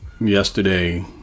yesterday